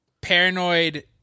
paranoid